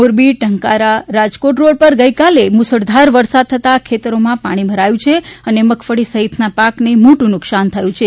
Morbi Tankara Rajkot road પર ગઈકાલે મુસળધાર વરસાદ થતા ખેતરોમાં પાણી ભરાયું છે અને મગફળી સફિતના પાકને મોટું નુકસાન થયું છે